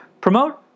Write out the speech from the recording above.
promote